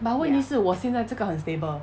but 问题是我现在这个很 stable